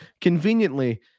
Conveniently